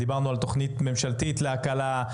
דיברנו על תוכנית ממשלתית להקלה,